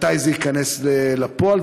מתי זה ייכנס לפועל?